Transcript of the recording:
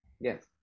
yes